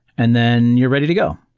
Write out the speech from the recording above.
and then you're ready to go.